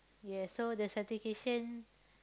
yes so the satisfaction